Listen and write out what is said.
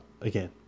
again